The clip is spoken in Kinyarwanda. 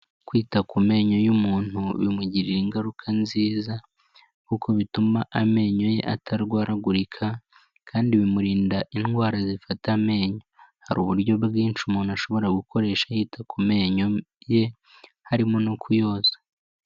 Kwita ku menyo y'umuntu bimugirira ingaruka nziza, kuko bituma amenyo ye atarwaragurika, kandi bimurinda indwara zifata amenyo. Hari uburyo bwinshi umuntu ashobora gukoresha yita ku menyo ye harimo no kuyoza.